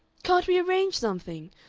can't we arrange something?